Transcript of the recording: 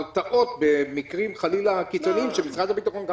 בהרתעות במקרים קיצוניים שמשרד הביטחון -- לא,